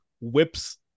Whips